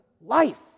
life